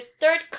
third